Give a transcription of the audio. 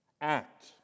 Act